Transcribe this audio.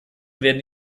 werden